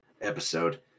episode